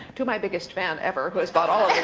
to my biggest fan ever, who has bought all